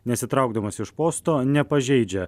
nesitraukdamas iš posto nepažeidžia